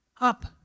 up